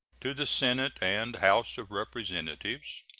to the senate and house of representatives